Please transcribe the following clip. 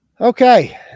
Okay